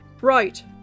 Right